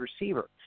receiver